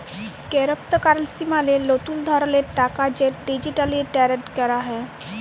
কেরেপ্তকারেলসি মালে লতুল ধরলের টাকা যেট ডিজিটালি টেরেড ক্যরা হ্যয়